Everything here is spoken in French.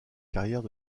carrières